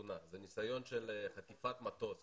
זה ניסיון של חטיפת מטוס